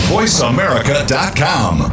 VoiceAmerica.com